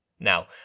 Now